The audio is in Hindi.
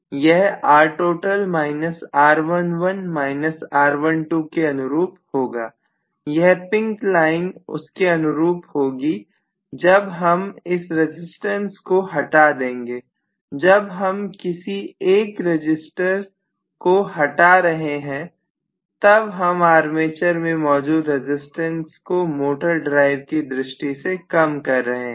यह के अनुरूप होगा यह पिंक लाइन उसके अनुरूप होगी जब हम इस रजिस्टेंस को हटा देंगे जब हम किसी एक रजिस्टर्ड को हटा रहे हैं तब हम आर्मेचर में मौजूद रजिस्टेंस को मोटर ड्राइव की दृष्टि से कम कर रहे हैं